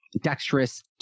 dexterous